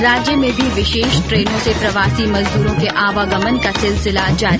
राज्य में भी विशेष ट्रेनों से प्रवासी मजदूरों के आवागमन का सिलसिला जारी